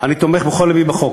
אני תומך בכל לבי בחוק.